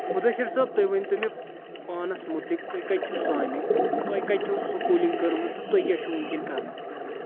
مُدثِر صٲب تُہۍ ؤنۍ تو مےٚ پانَس مُتعلِق تُہۍ کَتہِ چھُو زامٕتۍ تۄہہِ کَتہِ چھَو سکوٗلِنٛگ کٔرمٕژ تہٕ تُہۍ کیاہ چھُو وٕنکؠن کَران